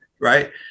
right